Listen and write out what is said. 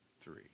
three